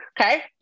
Okay